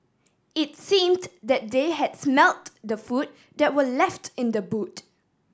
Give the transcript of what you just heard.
it's seemed that they had smelt the food that were left in the boot